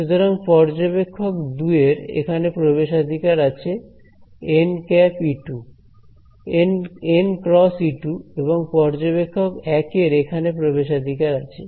সুতরাং পর্যবেক্ষক 2 এর এখানে প্রবেশাধিকার আছে nˆ × E2 এবং পর্যবেক্ষক 1 এর এখানে প্রবেশাধিকার আছে